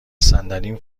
صندلیم